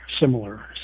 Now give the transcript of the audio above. similar